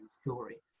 story